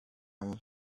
them